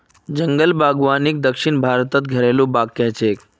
जंगल बागवानीक दक्षिण भारतत घरेलु बाग़ कह छे